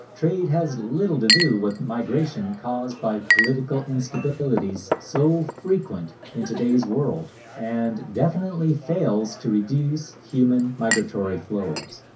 trade has little to do with migration caused by political instabilities so frequent in today's world, and definitely fails to reduce human migratory flows.